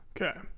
Okay